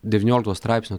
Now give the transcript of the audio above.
devyniolikto straipsnio